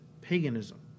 paganism